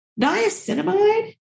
niacinamide